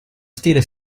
stile